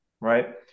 right